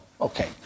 okay